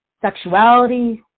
sexuality